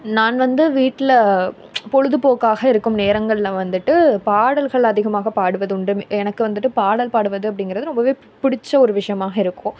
நான் வந்து வீட்டில் பொழுதுபோக்காக இருக்கும் நேரங்களில் வந்துட்டு பாடல்கள் அதிகமாக பாடுவது உண்டு மி எனக்கு வந்துட்டு பாடல் பாடுவது அப்படிங்கிறது ரொம்பவே பி பிடிச்சி ஒரு விஷயமாக இருக்கும்